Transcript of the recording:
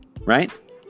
right